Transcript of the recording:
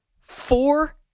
four